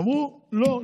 אמרו: לא,